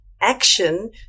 action